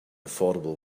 affordable